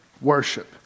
worship